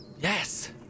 yes